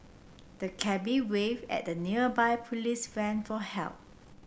the cabby wave at a nearby police van for help